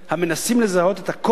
המנסים לזהות את ה"קוד"